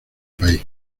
país